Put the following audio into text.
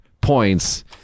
points